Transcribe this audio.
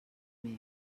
més